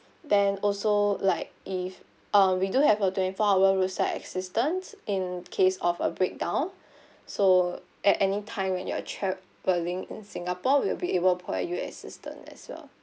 then also like if uh we do have a twenty four hour road side assistance in case of a breakdown so at any time when you are travelling in singapore we'll be able provide you assistance as well